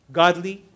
godly